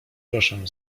proszę